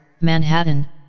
Manhattan